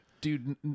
Dude